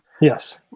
Yes